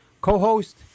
co-host